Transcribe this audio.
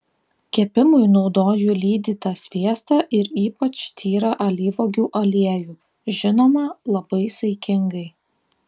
kepimui naudoju lydytą sviestą ir ypač tyrą alyvuogių aliejų žinoma labai saikingai